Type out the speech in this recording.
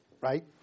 right